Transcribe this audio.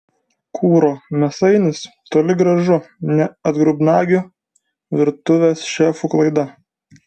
kuro mėsainis toli gražu ne atgrubnagių virtuvės šefų klaida